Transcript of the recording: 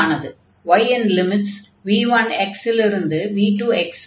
y in limits v1x இலிருந்து v2x வரை